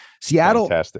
Seattle